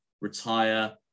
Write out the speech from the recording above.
retire